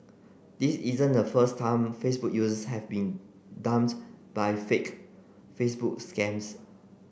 this isn't the first time Facebook users have been by fake Facebook scams